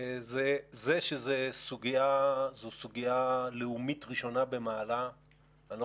זה שזו סוגיה לאומית ראשונה במעלה אני לא